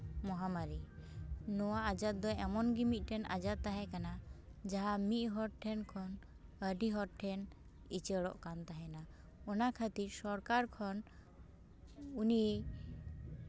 ᱢᱚᱦᱟᱢᱟᱨᱤ ᱱᱚᱣᱟ ᱟᱡᱟᱨ ᱫᱚ ᱮᱢᱚᱱᱜᱮ ᱢᱤᱫᱴᱮᱱ ᱟᱡᱟᱨ ᱛᱟᱦᱮᱸ ᱠᱟᱱᱟ ᱡᱟᱦᱟᱸ ᱢᱤᱫ ᱦᱚᱲ ᱴᱷᱮᱱ ᱠᱷᱚᱱ ᱟᱹᱰᱤ ᱦᱚᱲ ᱴᱷᱮᱱ ᱩᱪᱟᱹᱲᱚᱜ ᱠᱟᱱ ᱛᱟᱦᱮᱸᱱᱟ ᱚᱱᱟ ᱠᱷᱟᱹᱛᱤᱨ ᱥᱚᱨᱠᱟᱨ ᱠᱷᱚᱱ ᱩᱱᱤ